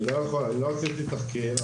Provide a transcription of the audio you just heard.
אני לא עשיתי תחקיר.